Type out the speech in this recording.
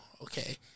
okay